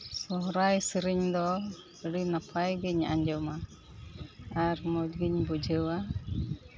ᱥᱚᱨᱦᱟᱭ ᱥᱮᱨᱮᱧ ᱫᱚ ᱟᱹᱰᱤ ᱱᱟᱯᱟᱭᱜᱮᱧ ᱟᱸᱡᱚᱢᱟ ᱟᱨ ᱢᱚᱡᱽ ᱜᱮᱧ ᱵᱩᱡᱷᱟᱹᱣᱟ